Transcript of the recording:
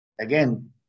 again